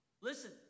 Listen